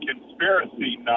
conspiracy